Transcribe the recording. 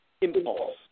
impulse